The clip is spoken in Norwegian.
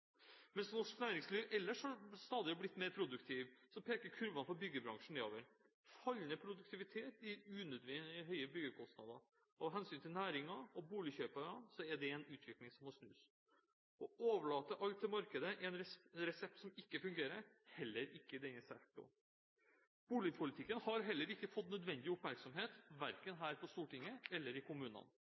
Mens norsk næringsliv ellers er blitt stadig mer produktivt, peker kurvene for byggebransjen nedover. Fallende produktivitet gir unødig høye byggekostnader. Av hensyn til næringen og boligkjøpere er det en utvikling som må snus. Å overlate alt til markedet er en resept som ikke fungerer, heller ikke i denne sektoren. Boligpolitikken har heller ikke fått nødvendig oppmerksomhet, verken her på Stortinget eller i kommunene.